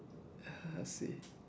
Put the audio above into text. ah I see